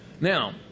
Now